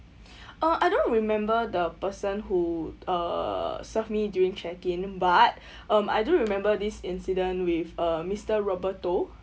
uh I don't remember the person who uh served me during check in but um I do remember this incident with a mister roberto